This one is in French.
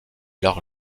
leur